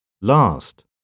Last